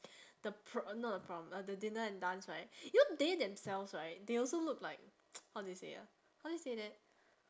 the pr~ not the prom uh the dinner and dance right you know they themselves right they also look like how do you say ah how do you say that